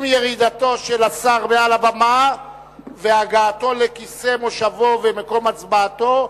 עם ירידתו של השר מעל הבמה והגעתו לכיסא מושבו ומקום הצבעתו,